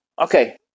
okay